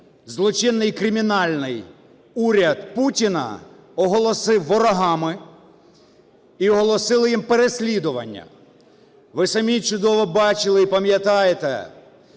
злочинний і кримінальний уряд Путіна оголосив ворогами і оголосили їм переслідування. Ви самі чудово бачили і пам'ятаєте,